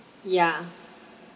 yeah